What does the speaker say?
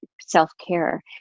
self-care